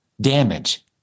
damage